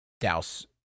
douse